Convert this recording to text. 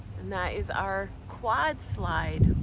is our quad slide.